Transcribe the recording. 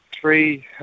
Three